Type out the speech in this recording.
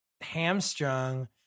hamstrung